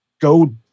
go